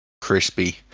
crispy